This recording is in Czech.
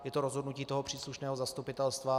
Je to rozhodnutí toho příslušného zastupitelstva.